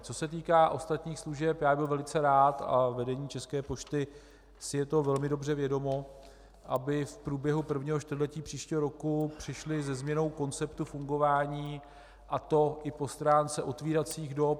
Co se týká ostatních služeb, budu velice rád, a vedení České pošty si je toho velmi dobře vědomo, aby v průběhu prvního čtvrtletí příštího roku přišli se změnou konceptu fungování, a to i po stránce otevíracích dob.